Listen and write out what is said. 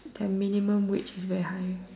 their minimum wage is very high